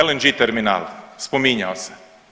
LNG terminal spominjao se.